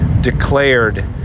declared